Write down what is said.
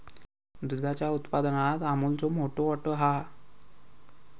दुधाच्या उत्पादनात अमूलचो मोठो वाटो हा